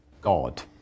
God